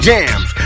Jams